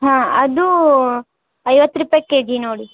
ಹಾಂ ಅದೂ ಐವತ್ತು ರೂಪಾಯಿ ಕೆ ಜಿ ನೋಡಿ